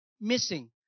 missing